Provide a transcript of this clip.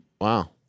Wow